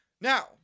Now